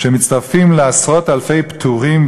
"שמצטרפים לעשרות-אלפי פטורים,